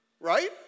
right